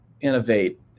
innovate